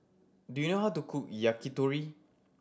do you know how to cook Yakitori